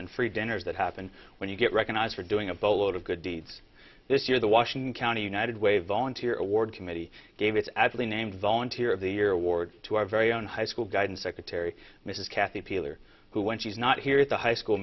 and free dinners that happen when you get recognized for doing a boatload of good deeds this year the washington county united way volunteer award committee gave its actually named volunteer of the year award to our very own high school guidance secretary mrs cathy peeler who when she's not here is the high school